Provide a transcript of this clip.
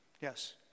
Yes